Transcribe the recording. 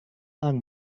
orang